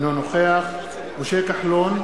אינו נוכח משה כחלון,